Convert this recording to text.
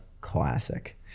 Classic